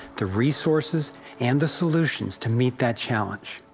the resources and the solutions to meet that challenge.